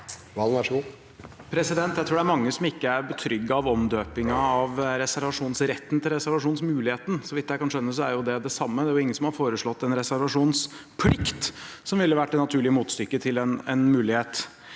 Valen (SV) Jeg tror det er mange som ikke er betrygget av omdøpingen av reservasjonsretten til reservasjonsmuligheten. Så vidt jeg kan skjønne, er dette det samme. Det er jo ingen som har foreslått en reservasjonsplikt, som ville vært det naturlige motstykket til en mulighet.